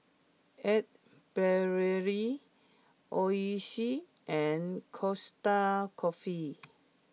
Ace Brainery Oishi and Costa Coffee